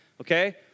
okay